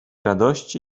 radości